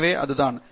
எனவே அது தான்